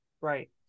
Right